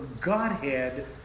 Godhead